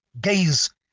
Gaze